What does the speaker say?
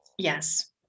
Yes